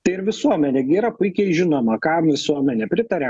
tai ir visuomenė gi yra puikiai žinoma kam visuomenė pritaria